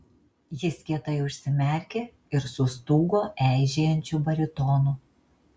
jis kietai užsimerkė ir sustūgo eižėjančiu baritonu